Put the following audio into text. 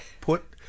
put